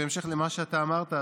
בהמשך למה שאמרת,